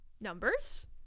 Numbers